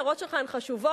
ההערות שלך הן חשובות,